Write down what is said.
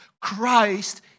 Christ